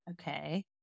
Okay